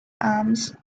arms